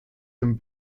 dem